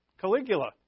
Caligula